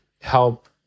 help